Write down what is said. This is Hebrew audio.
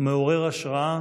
מעורר השראה